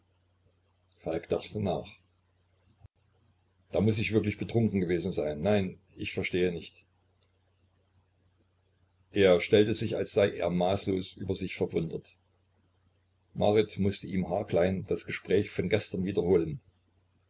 falk dachte nach dann muß ich wirklich betrunken gewesen sein nein ich verstehe nicht er stellte sich als sei er maßlos über sich verwundert marit mußte ihm haarklein das gespräch von gestern wiederholen